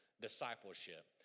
discipleship